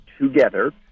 together